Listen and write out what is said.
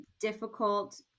difficult